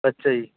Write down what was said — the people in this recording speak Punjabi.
ਅੱਛਾ ਜੀ